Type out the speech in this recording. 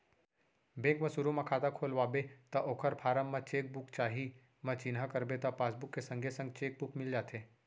bank म सुरू म खाता खोलवाबे त ओकर फारम म चेक बुक चाही म चिन्हा करबे त पासबुक के संगे संग चेक बुक मिल जाथे